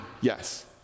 yes